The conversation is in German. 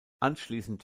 anschließend